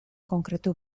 konkretu